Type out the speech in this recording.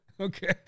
Okay